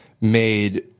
made